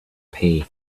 pay